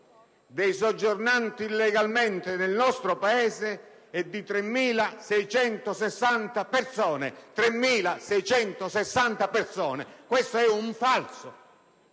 dei soggiornanti illegalmente nel nostro Paese è di 3.660 persone, e questo è un falso!